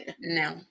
No